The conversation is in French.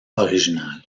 originale